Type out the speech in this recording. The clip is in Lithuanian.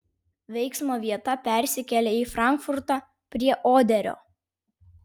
veiksmo vieta persikelia į frankfurtą prie oderio